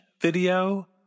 video